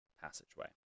passageway